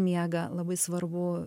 miegą labai svarbu